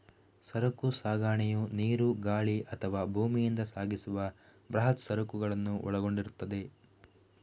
ಸರಕು ಸಾಗಣೆಯು ನೀರು, ಗಾಳಿ ಅಥವಾ ಭೂಮಿಯಿಂದ ಸಾಗಿಸುವ ಬೃಹತ್ ಸರಕುಗಳನ್ನು ಒಳಗೊಂಡಿರುತ್ತದೆ